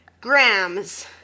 grams